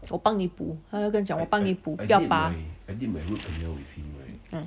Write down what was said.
我帮你补他就跟他讲不要拔 uh